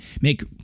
make